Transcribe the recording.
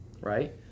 right